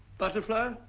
butterfly, oh,